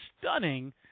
stunning